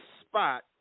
spot